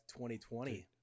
2020